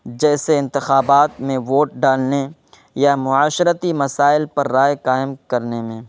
جیسے انتخابات میں ووٹ ڈالنے یا معاشرتی مسائل پر رائے قائم کرنے میں